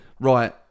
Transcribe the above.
right